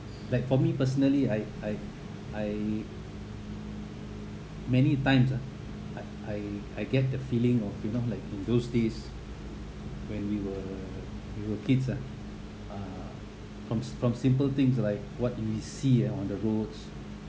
like for me personally I I I many times ah I I I get the feeling of you know like in those days when we were we were kids ah uh from from simple things like what we see ah on the roads